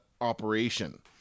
Operation